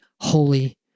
holy